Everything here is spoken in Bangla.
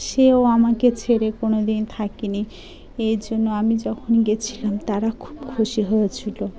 সেও আমাকে ছেড়ে কোনোদিন থাকে নি এই জন্য আমি যখন গেছিলাম তারা খুব খুশি হয়েছিলো